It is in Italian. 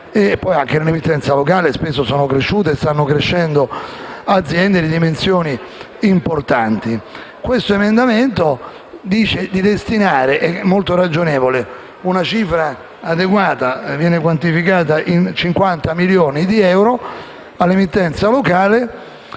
Nell'emittenza locale spesso sono cresciute e stanno crescendo aziende di dimensioni importanti. Questo emendamento chiede di destinare, in maniera molto ragionevole, una cifra adeguata, quantificata in 50 milioni di euro, all'emittenza locale,